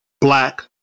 black